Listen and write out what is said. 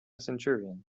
centurion